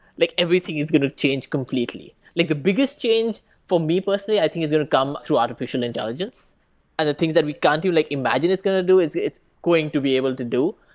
like everything is going to change completely like the biggest change for me personally, i think, is going to come through artificial intelligence and the things that we can't even like imagine is going to do it, it's going to be able to do.